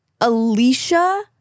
Alicia